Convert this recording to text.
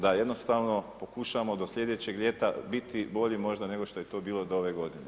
Da jednostavno, pokušamo do slijedećeg ljeta biti bolji možda nego što je to bilo od ove godine.